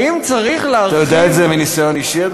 האם צריך, אתה אומר את זה מניסיון אישי?